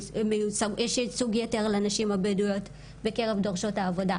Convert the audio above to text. יש ייצוג יתר לנשים הבדואיות בקרב דורשות העבודה.